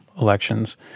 elections